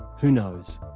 who knows,